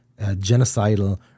genocidal